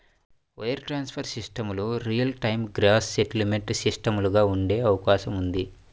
wire transfer సిస్టమ్లు real time gross settlement సిస్టమ్లుగా ఉండే అవకాశం ఉంది